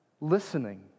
listening